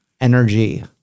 energy